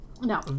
No